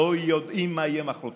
לא יודעים מה יהיה מוחרתיים.